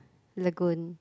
Lagoon